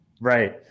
Right